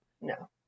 No